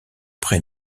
près